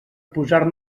posar